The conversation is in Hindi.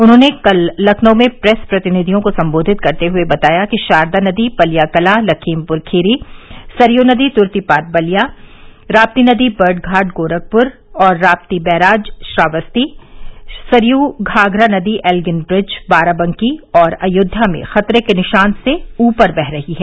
उन्होंने कल लखनऊ में प्रेस प्रतिनिधियों को सम्बोधित करते हुए बताया कि शारदा नदी पलिया कला लखीमपुरखीरी सरयू नदी तुर्तीपार बलिया राप्ती नदी बर्डघाट गोरखपुर व राप्ती बैराज श्रावस्ती सरयू घाघरा नदी एल्गिन ब्रिज बाराबंकी और अयोध्या में खतरे के निशान से ऊपर बह रही है